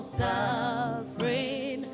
suffering